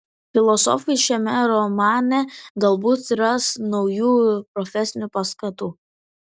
filosofai šiame romane galbūt ras naujų profesinių paskatų